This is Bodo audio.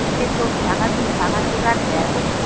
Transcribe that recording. एसे दस थाखा बिस थाखासो गारजाया बे